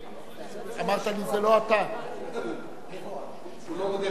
יעלה ויבוא.